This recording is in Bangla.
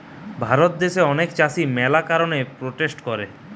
ভারত দ্যাশে অনেক চাষী ম্যালা সব কারণে প্রোটেস্ট করে